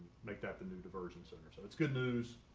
make that the new diversion center. so that's good news.